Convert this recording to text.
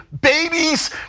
babies